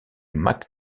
mac